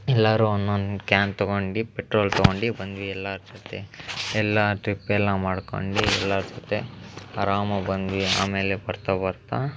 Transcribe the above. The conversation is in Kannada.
ಎಲ್ಲರೂ ಒಂದೊಂದು ಕ್ಯಾನ್ ತೊಗೊಂಡು ಪೆಟ್ರೋಲ್ ತೊಗೊಂಡು ಬಂದ್ವಿ ಎಲ್ಲರ ಜೊತೆ ಎಲ್ಲ ಟ್ರಿಪ್ ಎಲ್ಲ ಮಾಡ್ಕೊಂಡು ಎಲ್ಲರ ಜೊತೆ ಅರಾಮಾಗಿ ಬಂದ್ವಿ ಆಮೇಲೆ ಬರ್ತಾ ಬರ್ತಾ